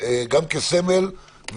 גם כסמל.